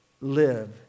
live